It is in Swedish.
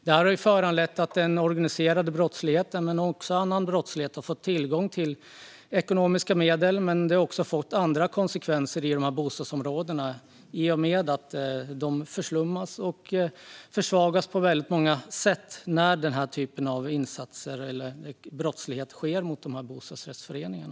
Detta har gjort det möjligt för organiserad och annan brottslighet att få tillgång till ekonomiska medel. Det har också fått andra konsekvenser i dessa bostadsområden i och med att de förslummas och försvagas på många sätt när denna typ av brott sker mot dessa bostadsrättsföreningar.